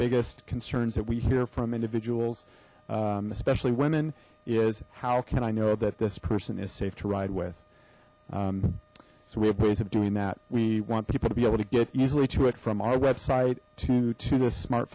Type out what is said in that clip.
biggest concerns that we hear from individuals especially women is how can i know that this person is safe to ride with so we have ways of doing that we want people to be able to get easily to it from our website to to the smart